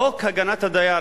חוק הגנת הדייר,